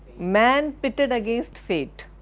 man pitted against fate,